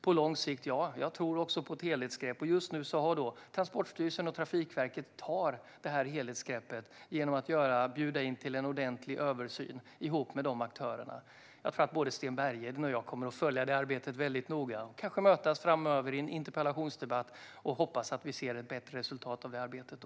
På lång sikt tror jag också på ett helhetsgrepp, och just nu tar Transportstyrelsen och Trafikverket det helhetsgreppet genom att bjuda in till en ordentlig översyn ihop med aktörerna. Jag tror att både Sten Bergheden och jag kommer att följa arbetet väldigt noga och kanske mötas framöver i en interpellationsdebatt. Jag hoppas att vi ser ett bättre resultat av detta arbete då.